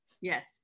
Yes